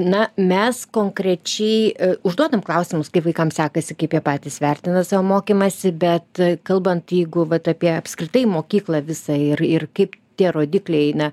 na mes konkrečiai užduodam klausimus kaip vaikam sekasi kaip jie patys vertina savo mokymąsi bet kalbant jeigu vat apie apskritai mokyklą visą ir ir kaip tie rodikliai na